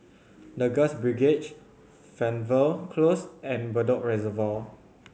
The Girls Brigade Fernvale Close and Bedok Reservoir